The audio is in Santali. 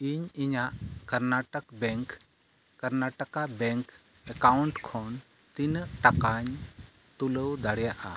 ᱤᱧ ᱤᱧᱟᱹᱜ Karnataka bank Karnataka bank account ᱠᱷᱚᱱ ᱛᱤᱱᱟᱹᱜ ᱴᱟᱠᱟᱧ ᱛᱩᱞᱟᱹᱣ ᱫᱟᱲᱮᱭᱟᱜᱼᱟ